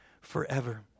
forever